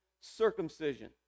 circumcision